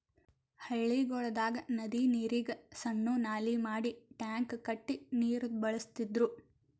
ಹಳ್ಳಿಗೊಳ್ದಾಗ್ ನದಿ ನೀರಿಗ್ ಸಣ್ಣು ನಾಲಿ ಮಾಡಿ ಟ್ಯಾಂಕ್ ಕಟ್ಟಿ ನೀರ್ ಬಳಸ್ತಿದ್ರು